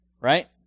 Right